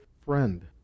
friend